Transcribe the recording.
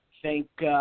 Thank